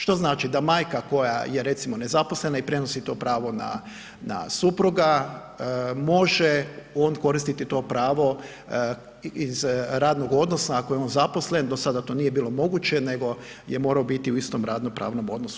Što znači da majka koja je recimo nezaposlena i prenosi to pravo na supruga, može on koristiti to pravo iz radno odnosa ako je on zaposlen, do sada to nije bilo moguće nego je morao biti u istom radno-pravnom odnosu.